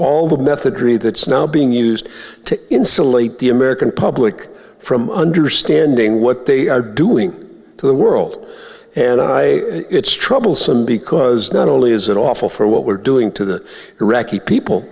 all the method three that's now being used to insulate the american public from understanding what they are doing to the world and i it's troublesome because not only is it awful for what we're doing to the iraqi people